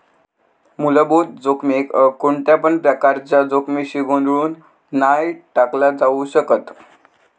मुलभूत जोखमीक कोणत्यापण प्रकारच्या जोखमीशी गोंधळुन नाय टाकला जाउ शकत